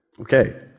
Okay